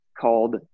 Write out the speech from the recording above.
called